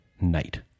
night